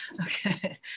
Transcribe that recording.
Okay